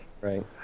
Right